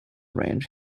range